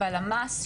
בלמ"ס,